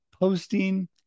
posting